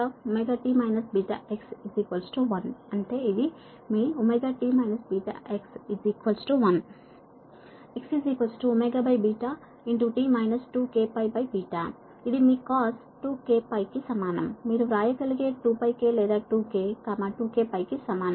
x t 2kπ ఇది మీ cos 2kπ కి సమానం మీరు వ్రాయగలిగే 2k లేదా 2 k 2kπ కి సమానం